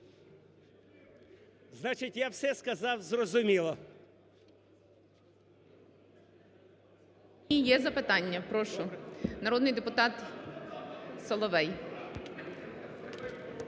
Значить, я все сказав зрозуміло.